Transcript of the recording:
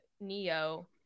neo